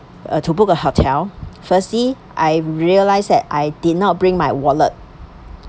uh to book a hotel firstly I realised that I did not bring my wallet